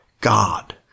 God